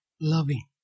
loving